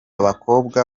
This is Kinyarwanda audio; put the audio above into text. bakobwa